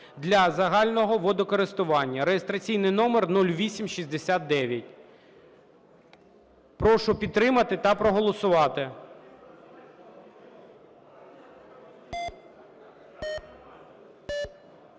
для загального водокористування (реєстраційний номер 0869). Прошу підтримати та проголосувати.